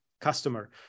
customer